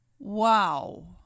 Wow